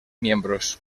miembros